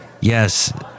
Yes